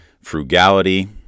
frugality